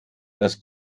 das